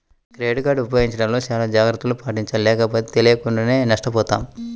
credit card ఉపయోగించడంలో చానా జాగర్తలను పాటించాలి లేకపోతే తెలియకుండానే నష్టపోతాం